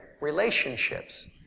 relationships